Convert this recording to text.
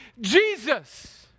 Jesus